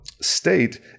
state